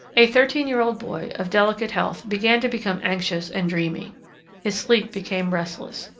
a thirteen-year-old boy of delicate health began to become anxious and dreamy his sleep became restless,